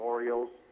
Orioles